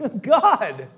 God